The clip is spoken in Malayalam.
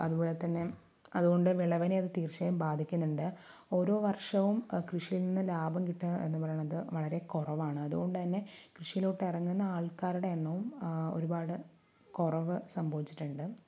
അതുപോലെ തന്നെ അതുകൊണ്ട് വിളവിനെ അത് തീര്ച്ചയായും ബാധിക്കുന്നുണ്ട് ഓരോ വര്ഷവും കൃഷിയില് നിന്നും ലാഭം കിട്ടുക എന്ന് പറയണത് വളരെ കുറവാണ് അതുകൊണ്ട് തന്നെ കൃഷിയിലോട്ടു ഇറങ്ങുന്ന ആള്ക്കാരുടെ എണ്ണവും ഒരുപാട് കുറവ് സംഭവിച്ചിട്ടുണ്ട്